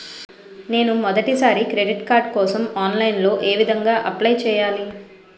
నేను మొదటిసారి credit card కోసం ఆన్లైన్ లో ఏ విధంగా అప్లై చేయాలి?